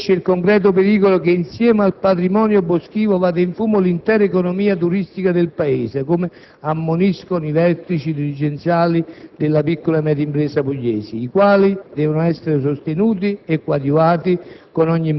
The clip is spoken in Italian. accresce il concreto pericolo che, insieme al patrimonio boschivo, vada in fumo l'intera economia turistica del Paese, come ammoniscono i vertici dirigenziali della piccola e media impresa pugliesi, i quali devono essere sostenuti e coadiuvati